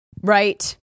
Right